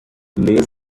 lays